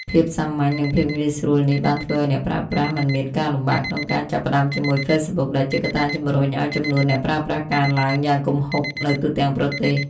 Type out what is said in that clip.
ភាពសាមញ្ញ និងភាពងាយស្រួលនេះ បានធ្វើឲ្យអ្នកប្រើប្រាស់ មិនមានការលំបាកក្នុងការចាប់ផ្ដើម ជាមួយ Facebook ដែលជាកត្តាជំរុញឲ្យចំនួនអ្នកប្រើប្រាស់កើនឡើងយ៉ាងគំហុកនៅទូទាំងប្រទេស។